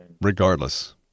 regardless